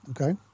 okay